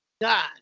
God